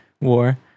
war